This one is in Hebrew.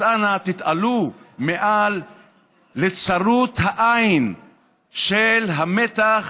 אז אנא, תתעלו מעל לצרות העין של המתח